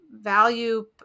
value